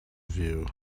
view